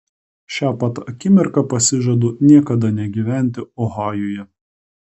šią pat akimirką pasižadu niekada negyventi ohajuje